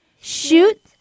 shoot